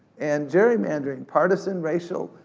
and gerrymandering, partisan, racial,